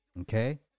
Okay